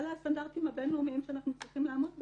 אלה הסטנדרטים הבין-לאומיים שאנחנו צריכים לעמוד בהם.